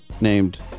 named